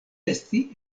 esti